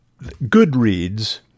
Goodreads